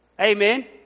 Amen